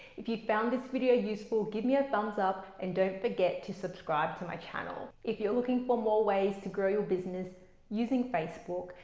if you found this video useful, give me a thumbs up and don't forget to subscribe to my channel. if you're looking for more ways to grow business using facebook,